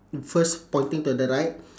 first pointing to the right